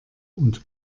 und